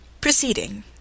Proceeding